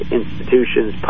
institutions